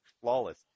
flawless